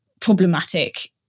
problematic